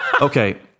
Okay